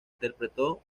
interpretó